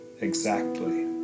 Exactly